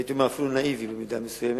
הייתי אפילו נאיבי במידה מסוימת.